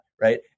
right